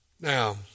Now